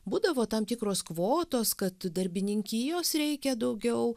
būdavo tam tikros kvotos kad darbininkijos reikia daugiau